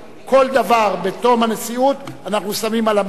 כל דבר, בתום ישיבת הנשיאות, אנחנו שמים במחשב